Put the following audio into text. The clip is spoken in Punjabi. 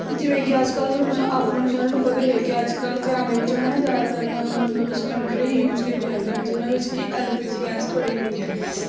ਜਿਵੇਂ ਕਿ ਅੱਜ ਕੱਲ ਸੋਨੂੰ ਆਪਾਂ ਨੂੰ ਸਾਰਿਆਂ ਨੂੰ ਪਤਾ ਹੀ ਹੈ ਕਿ ਅੱਜ ਕੱਲ ਘਰਾਂ ਦੇ ਵਿੱਚ ਹਨਾ ਜਿਆਦਾਤਰ ਮਤਲਬ ਸਲੰਡਰ ਹੀ ਯੂਜ ਕੀਤੇ ਜਾਂਦੇ ਆ ਜਿੰਨਾਂ ਵਿੱਚ ਕੀ ਐਲ ਪੀ ਜੀ ਗੈਂਸ ਭਰੀ ਹੁੰਦੀ ਹੈ